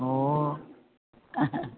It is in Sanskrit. ओ